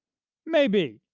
maybe,